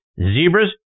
Zebras